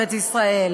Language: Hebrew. יושב-ראש הקואליציה,